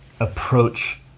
approach